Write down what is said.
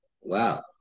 Wow